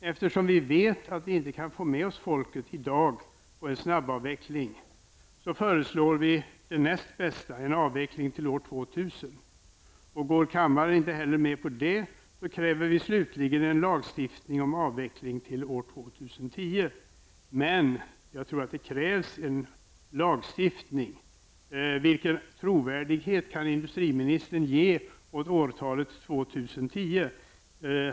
Eftersom vi vet att vi inte kan få med oss folket på en snabbavveckling i dag, föreslår vi det näst bästa, en avveckling till år 2000. Går kammaren inte heller med på det, kräver vi slutligen en lagstiftning om avveckling till år 2010. Jag tror att det krävs en lagstiftning. Vilken trovärdighet kan industriministern ge åt årtalet 2010?